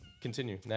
Continue